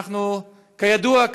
אנחנו כידוע,